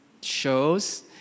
shows